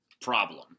problem